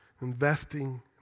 Investing